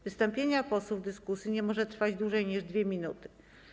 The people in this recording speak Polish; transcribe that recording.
Wystąpienia posłów w dyskusji nie mogą trwać dłużej niż 2 minuty.